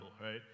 right